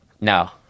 no